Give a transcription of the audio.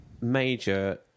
major